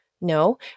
No